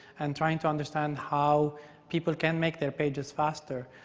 and trying to understand how people can make their pages faster.